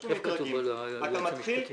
אתה מתחיל